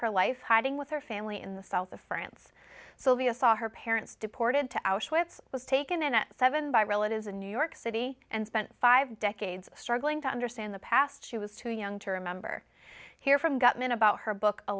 her life hiding with her family in the south of france sylvia saw her parents deported to auschwitz was taken in a seven by relatives in new york city and spent five decades struggling to understand the past she was too young to remember here from gutman about her book